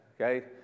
Okay